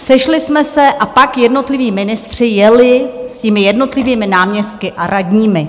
Sešli jsme se a pak jednotliví ministři jeli s těmi jednotlivými náměstky a radními.